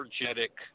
energetic